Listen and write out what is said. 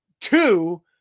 two